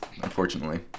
unfortunately